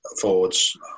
forwards